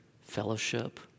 fellowship